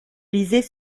lisait